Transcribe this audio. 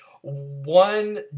one